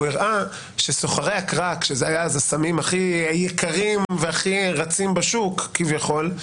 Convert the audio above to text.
הוא הראה שסוחרי הקראק שהיו הסוחרים הכי יקרים והכי רצים בשוק כביכול,